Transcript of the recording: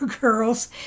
girls